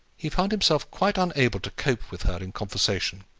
he found himself quite unable to cope with her in conversation,